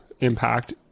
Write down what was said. impact